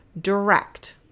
Direct